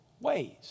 ways